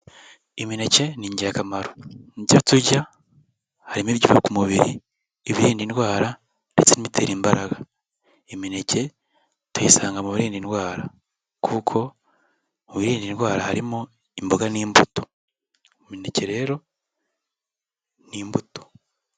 Imineke ni ingirakamaro, mu byo turya harimo ibyubaka umubiri, ibirinda indwara ndetse n'ibitera imbaraga. Imineke tuyisanga mu birinda indwara kuko mu birinda indwara harimo imboga n'imbuto, umuneke rero ni imbuto.